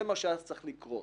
זה מה שהיה צריך לקרות,